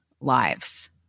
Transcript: lives